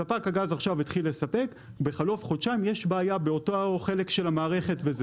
ספק הגז עכשיו התחיל לספק ובחלוף חודשיים יש בעיה באותו חלק של המערכת.